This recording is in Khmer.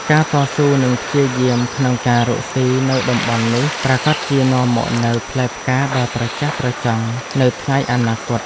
ការតស៊ូនិងព្យាយាមក្នុងការរកស៊ីនៅតំបន់នេះប្រាកដជានាំមកនូវផ្លែផ្កាដ៏ត្រចះត្រចង់នៅថ្ងៃអនាគត។